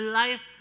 life